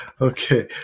Okay